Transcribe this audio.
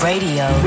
Radio